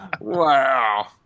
wow